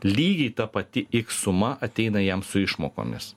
lygiai ta pati iks suma ateina jam su išmokomis